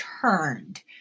turned